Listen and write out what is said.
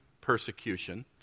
persecution